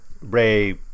Ray